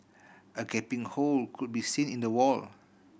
a gaping hole could be seen in the wall